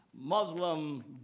Muslim